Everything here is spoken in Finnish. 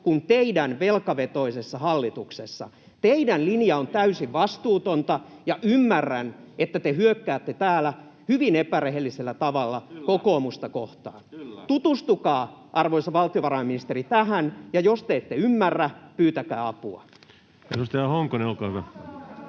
kuin teidän velkavetoisessa hallituksessa. Teidän linjanne on täysin vastuuton, ja ymmärrän, että te hyökkäätte täällä hyvin epärehellisellä tavalla kokoomusta vastaan. Tutustukaa, arvoisa valtiovarainministeri, tähän, ja jos te ette ymmärrä, pyytäkää apua.